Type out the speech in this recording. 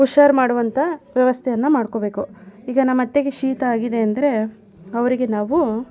ಹುಷಾರು ಮಾಡುವಂಥ ವ್ಯವಸ್ಥೆಯನ್ನು ಮಾಡ್ಕೋಬೇಕು ಈಗ ನಮ್ಮ ಅತ್ತೆಗೆ ಶೀತ ಆಗಿದೆ ಅಂದರೆ ಅವರಿಗೆ ನಾವು